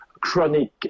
chronic